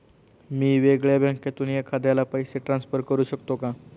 मी वेगळ्या बँकेतून एखाद्याला पैसे ट्रान्सफर करू शकतो का?